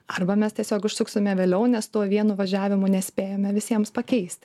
arba mes tiesiog užsuksime vėliau nes tuo vienu važiavimu nespėjome visiems pakeisti